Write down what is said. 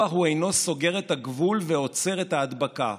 הוא אינו סוגר את הגבול ועוצר את ההדבקה.